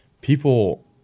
people